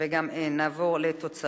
חוק התקשורת